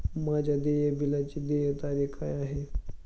माझ्या देय बिलाची देय तारीख काय आहे?